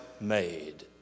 made